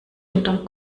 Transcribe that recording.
unterm